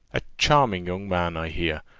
a charming young man, i hear,